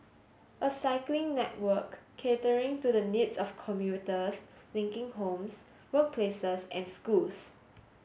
a cycling network catering to the needs of commuters linking homes workplaces and schools